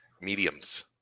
mediums